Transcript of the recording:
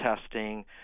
testing